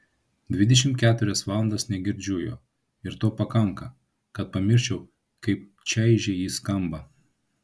dvidešimt keturias valandas negirdžiu jo ir to pakanka kad pamirščiau kaip čaižiai jis skamba